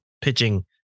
pitching